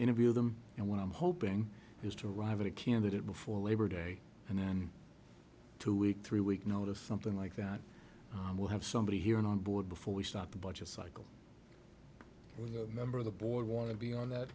interview them and what i'm hoping is to arrive at a candidate before labor day and then two week three week notice something like that we'll have somebody here on board before we stop a budget cycle with a member of the board want to be on th